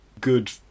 good